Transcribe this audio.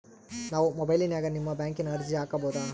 ನಾವು ಮೊಬೈಲಿನ್ಯಾಗ ನಿಮ್ಮ ಬ್ಯಾಂಕಿನ ಅರ್ಜಿ ಹಾಕೊಬಹುದಾ?